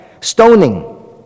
Stoning